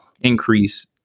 increase